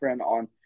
on